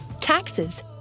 taxes